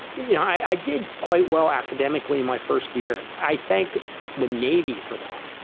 yeah i i did quite well academically in my first year. i thank the navy for that.